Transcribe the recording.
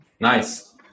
Nice